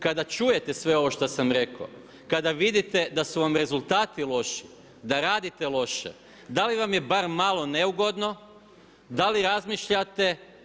Kada čujete sve ovo što sam rekao, kada vidite da su vam rezultati loši, da radite loše, da li vam je bar malo neugodno, da li razmišljate?